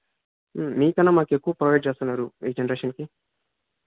మీకన్నా మాకు ఎక్కువ ప్రొవైడ్ చేస్తున్నారు ఈ జనరేషన్కి